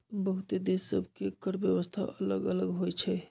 बहुते देश सभ के कर व्यवस्था अल्लग अल्लग होई छै